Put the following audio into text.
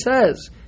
says